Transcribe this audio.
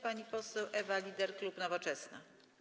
Pani poseł Ewa Lieder, klub Nowoczesna.